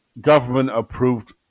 government-approved